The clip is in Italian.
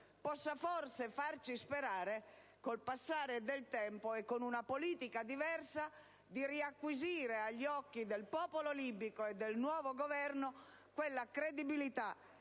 possa forse farci sperare, con il passare del tempo e con una politica diversa, di riacquisire, agli occhi del popolo libico e del nuovo Governo, quella credibilità